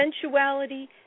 sensuality